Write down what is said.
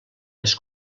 les